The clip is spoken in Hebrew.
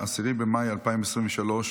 10 במאי 2023,